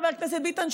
חבר הכנסת ביטן,